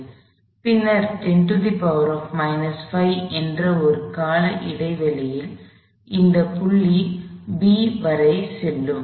பின்னர் 10 5 என்ற ஒரு கால இடைவெளியில் இந்த புள்ளி B வரை செல்லும்